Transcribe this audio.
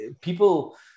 people